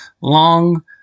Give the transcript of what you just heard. Long